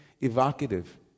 evocative